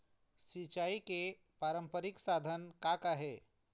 सिचाई के पारंपरिक साधन का का हे?